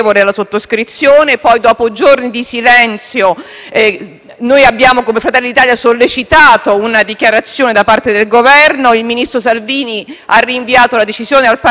noi di Fratelli d'Italia abbiamo sollecitato una dichiarazione da parte del Governo; il ministro Salvini ha rinviato la decisione al parlamento ed il *premier* Conte ha dichiarato che l'Italia non parteciperà